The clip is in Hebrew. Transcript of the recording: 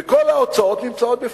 וכל ההוצאות נמצאות בפנים.